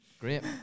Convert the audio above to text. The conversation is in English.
Great